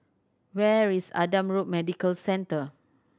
where is Adam Road Medical Centre